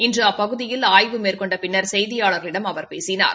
இனறு அப்பகுதியில் ஆய்வு மேற்கொண்ட பின்னர் செய்தியாளர்களிடம் அவர் பேசினார்